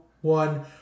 one